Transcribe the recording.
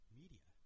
media